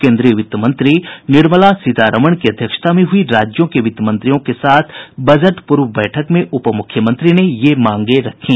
केन्द्रीय वित्त मंत्री निर्मला सीमारमन की अध्यक्षता में हुई राज्यों के वित्तमंत्रियों के साथ बजट पूर्व बैठक में उपमुख्यमंत्री ने ये मांगे रखी